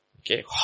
Okay